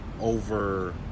over